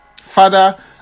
Father